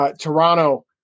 Toronto